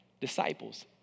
disciples